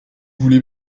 voulez